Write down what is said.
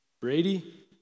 Brady